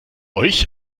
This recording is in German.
euch